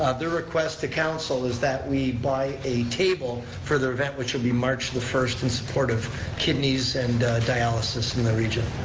their request to council is that we buy a table for their event, which will be march the first, in support of kidneys and dialysis in the region.